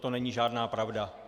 Toto není žádná pravda.